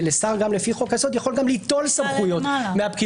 ושר לפי חוק היסוד יכול גם ליטול סמכויות מהפקידות